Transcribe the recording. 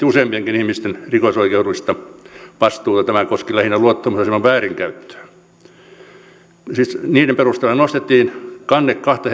useampienkin ihmisten rikosoikeudellista vastuuta tämä koski lähinnä luottamusaseman väärinkäyttöä siis niiden perusteella nostettiin kanne kahta